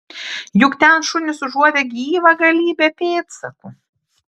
juk ten šunys užuodė gyvą galybę pėdsakų